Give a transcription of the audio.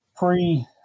Pre